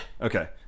Okay